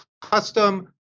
Custom